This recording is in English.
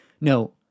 no